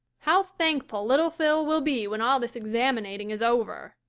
how thankful little phil will be when all this examinating is over.